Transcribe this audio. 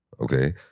okay